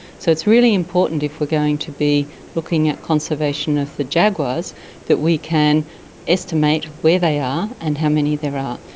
so it's really important if we are going to be looking at conservation of the jaguars that we can estimate where they are and how many there are.